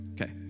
Okay